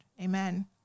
amen